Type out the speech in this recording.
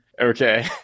Okay